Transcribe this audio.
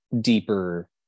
deeper